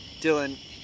Dylan